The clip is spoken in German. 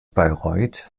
bayreuth